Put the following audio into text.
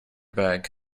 bag